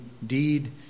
indeed